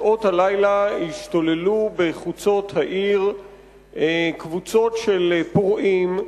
בשעות הלילה השתוללו בחוצות העיר קבוצות של פורעים,